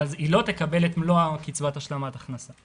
אבל היא לא תקבל את מלוא קצבת השלמת הכנסה.